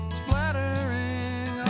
splattering